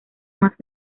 más